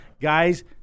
guys